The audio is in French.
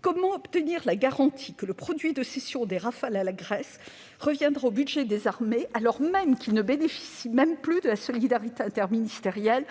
Comment obtenir la garantie que le produit de cessions des Rafale à la Grèce reviendra au budget des armées, alors même qu'il ne bénéficie plus de la solidarité interministérielle